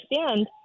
understand